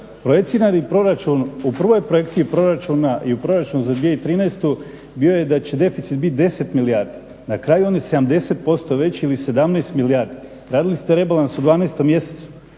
u prvoj projekciji proračuna i u proračunu za 2013. je bio da će deficit biti 10 milijardi. Na kraju on je 70% veći ili 17 milijardi. Radili ste rebalans u 12 mjesecu.